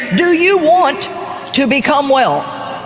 do you want to become well,